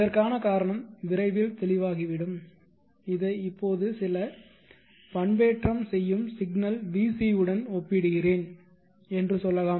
இதற்கான காரணம் விரைவில் தெளிவாகிவிடும் இதை இப்போது சில பண்பேற்றம் செய்யும் சிக்னல் Vc யுடன் ஒப்பிடுகிறேன் என்று சொல்லலாம்